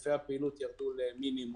היקפי הפעילות ירדו למינימום,